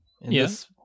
Yes